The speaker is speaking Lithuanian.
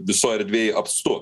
visoj erdvėj apstu